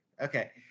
okay